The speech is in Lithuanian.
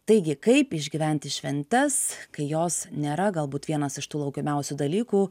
taigi kaip išgyventi šventes kai jos nėra galbūt vienas iš tų laukiamiausių dalykų